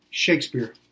Shakespeare